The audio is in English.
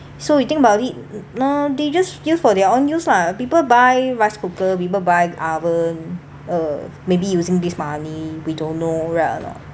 so you think about it uh they just used for their own use lah people buy rice cooker people buy oven uh maybe using this money we don't know right or not